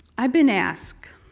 i've been asked